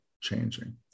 changing